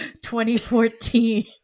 2014